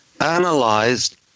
analyzed